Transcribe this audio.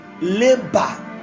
labor